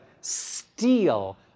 steal